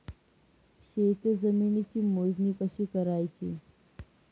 शेत जमिनीची मोजणी कशी करायची?